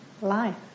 life